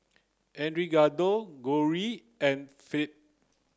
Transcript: Edgardo Cori and Phil